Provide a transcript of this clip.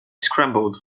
scrambled